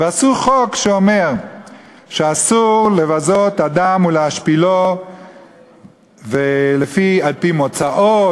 ועשו חוק שאומר שאסור לבזות אדם ולהשפילו על-פי מוצאו,